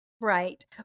Right